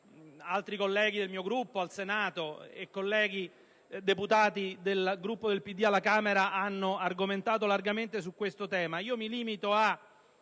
altri colleghi del mio Gruppo al Senato e colleghi deputati del Gruppo PD alla Camera hanno argomentato largamente su questo tema. Mi limito a